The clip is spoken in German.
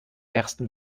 ersten